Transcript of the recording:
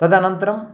तदनन्तरम्